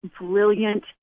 brilliant